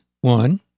one